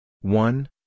one